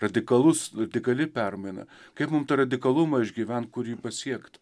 radikalus radikali permaina kaip mum tą radikalumą išgyvent kur jį pasiekt